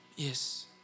Yes